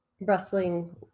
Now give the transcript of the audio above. wrestling